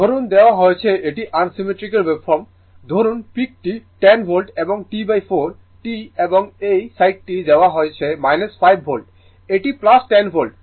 ধরুন দেওয়া হয়েছে এটি আনসিমেট্রিক্যাল ওয়েভফর্ম ধরুন পিক টি 10 ভোল্ট এবং T4 T এবং এই সাইডটি দেওয়া হয়েছে 5 ভোল্ট এটি 10 ভোল্ট